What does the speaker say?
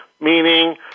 meaning